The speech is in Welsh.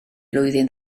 flwyddyn